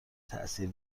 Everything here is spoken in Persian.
تاثیر